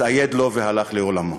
התאייד לו והלך לעולמו.